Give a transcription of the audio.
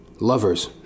Lovers